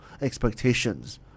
expectations